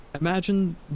imagine